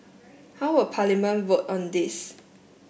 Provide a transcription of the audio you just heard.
how will Parliament vote on this